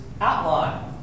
outline